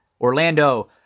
Orlando